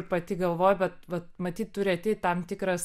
ir pati galvoju bet vat matyt turi ateiti tam tikras